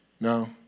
no